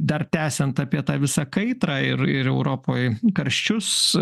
dar tęsiant apie tą visą kaitrą ir ir europoj karščius